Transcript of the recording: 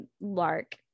Lark